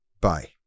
Bye